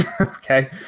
Okay